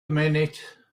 minute